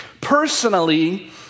personally